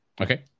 Okay